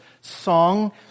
song